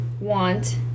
want